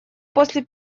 после